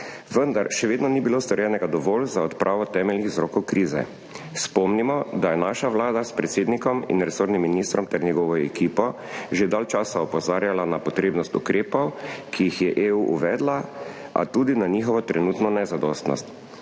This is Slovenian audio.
vendar še vedno ni bilo storjenega dovolj za odpravo temeljnih vzrokov krize. Spomnimo, da je naša Vlada s predsednikom in resornim ministrom ter njegovo ekipo že dalj časa opozarjala na potrebnost ukrepov, ki jih je EU uvedla, a tudi na njihovo trenutno nezadostnost.